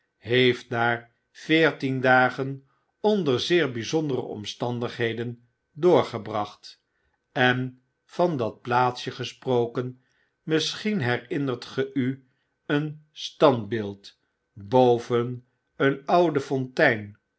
heeft daar veertien dagen onder zeer byzondere omstandigheden doorgebracht en van dat plaatsje gesproken misschien herinnert ge u een standbeeld boven een oude fontein